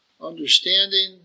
understanding